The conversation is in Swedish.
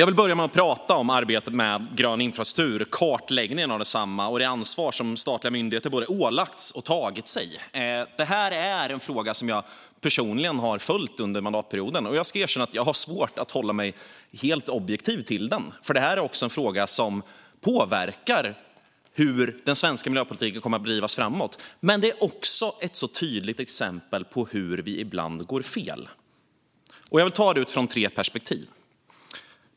Jag vill börja med att prata om arbetet med grön infrastruktur, kartläggningen av densamma och det ansvar som statliga myndigheter både ålagts och tagit sig. Det här är en fråga som personligen har följt under mandatperioden. Jag ska erkänna att jag har svårt att hålla mig helt objektiv till den, för det här är en fråga som påverkar hur den svenska miljöpolitiken kommer att bedrivas framöver. Detta är också ett tydligt exempel på hur vi ibland går fel. Jag vill ta det utifrån tre perspektiv.